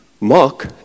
Mark